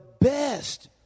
best